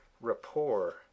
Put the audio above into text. rapport